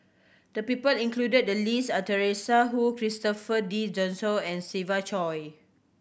the people included the list are Teresa Hsu Christopher De and Siva Choy